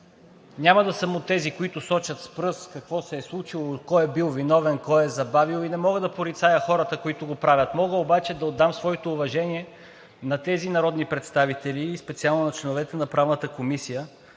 няма да съм от тези, които сочат с пръст какво се е случило и кой е бил виновен, кой е забавил и не мога да порицая хората, които го правят, мога обаче да отдам своето уважение на тези народни представители и специално на членовете на Правната комисия,